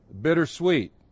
Bittersweet